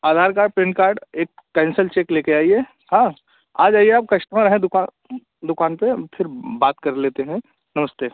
आधार card PAN card एक cancel cheque ले कर आइए हाँ आ जाइए आप कश्टमर हैं दुकान दुकान पर फिर बात कर लेते हैं नमस्ते